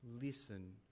Listen